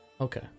Okay